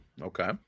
Okay